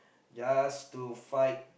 just to fight